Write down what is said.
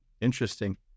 Interesting